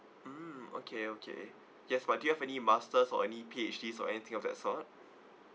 mm okay okay yes but do you have any masters or any P_H_Ds or anything of that sort